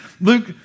Luke